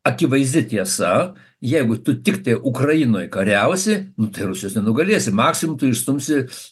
akivaizdi tiesa jeigu tu tiktai ukrainoje kariausi nu tai rusijos nenugalėsi maksimum tu išstumsi